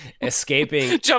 Escaping